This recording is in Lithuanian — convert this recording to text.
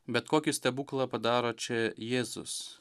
bet kokį stebuklą padaro čia jėzus